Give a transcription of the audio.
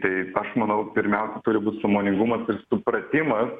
taip aš manau pirmiausia turi būt sąmoningumas ir supratimas